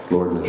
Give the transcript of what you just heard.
Lord